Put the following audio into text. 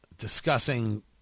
discussing